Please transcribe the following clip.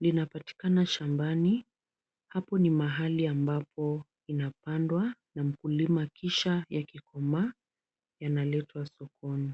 Linapatikana shambani. Hapo ni mahali ambapo inapandwa na mkulima kisha yakikomaa yanaletwa sokoni.